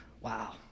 Wow